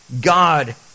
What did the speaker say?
God